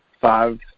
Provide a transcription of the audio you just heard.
five